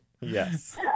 Yes